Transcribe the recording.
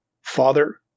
father